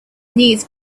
knees